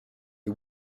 les